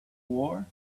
war